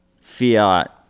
fiat